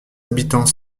habitant